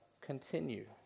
continue